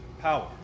power